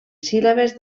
síl·labes